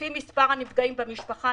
לפי מספר הנפגעים במשפחה,